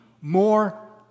more